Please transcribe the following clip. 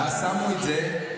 ואז שמו את זה,